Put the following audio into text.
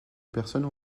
personnes